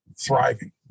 thriving